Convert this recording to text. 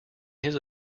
his